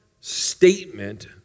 statement